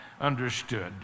understood